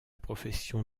profession